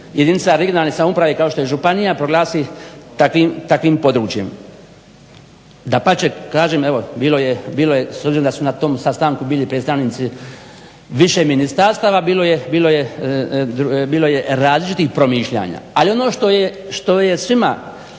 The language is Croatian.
jedinica regionalne samouprave kao što je županija proglasi takvim područjem. Dapače, kažem, evo bilo je s obzirom da su na tom sastanku bili predstavnici više ministarstva, bilo je različitih promišljanja. Ali ono što je,